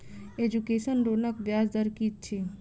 Education लोनक ब्याज दर की अछि?